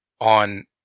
on